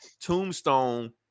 Tombstone